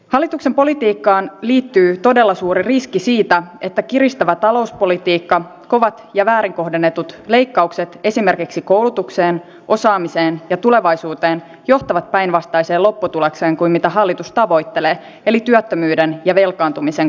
hallituksen politiikkaan liittyy todella suuri riski siitä että kiristävä talouspolitiikka kovat ja väärin kohdennetut leikkaukset esimerkiksi koulutukseen osaamiseen ja tulevaisuuteen johtavat päinvastaiseen lopputulokseen kuin mitä hallitus tavoittelee eli työttömyyden ja velkaantumisen kasvuun